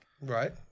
Right